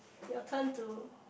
your turn to